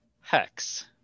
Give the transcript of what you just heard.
hex